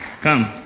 Come